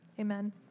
Amen